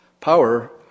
Power